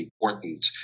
important